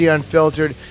Unfiltered